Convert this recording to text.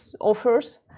offers